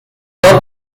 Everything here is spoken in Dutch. dat